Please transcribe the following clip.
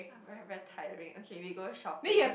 very very tiring okay we go shopping